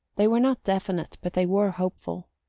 they were not definite, but they were hopeful.